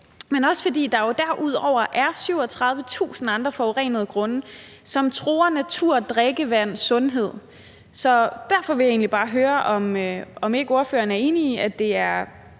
men også fordi der derudover er 37.000 forurenede grunde, som truer naturen, drikkevandet og sundheden. Så derfor vil jeg egentlig bare høre, om ikke ordføreren er enig i, at det er